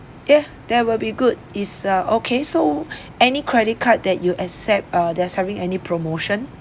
ya that will be good is uh okay so any credit card that you accept uh that's having any promotion